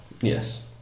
Yes